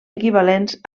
equivalents